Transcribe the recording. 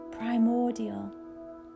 primordial